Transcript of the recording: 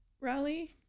rally